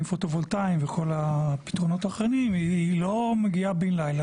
פוטו-וולטאים וכל הפתרונות האחרים היא לא מגיעה בן לילה.